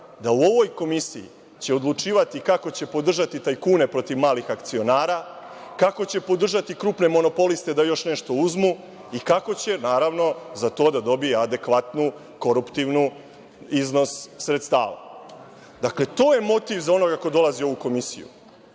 da u ovoj komisiji će odlučivati kako će podržati tajkune protiv malih akcionara, kako će podržati krupne monopoliste da još nešto uzmu i kako će naravno za to da dobije adekvatan koruptivni iznos sredstava. Dakle, to je motiv za onoga ko dolazi u ovu komisiju